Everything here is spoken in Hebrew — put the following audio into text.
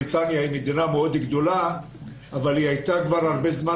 בריטניה היא מדינה מאוד גדולה אבל היא הייתה כבר הרבה זמן